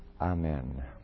Amen